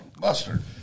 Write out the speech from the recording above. mustard